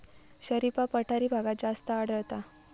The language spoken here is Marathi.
शरीफा पठारी भागात जास्त आढळता